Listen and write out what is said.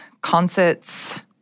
concerts